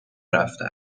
رفته